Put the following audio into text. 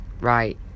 right